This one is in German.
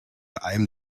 einem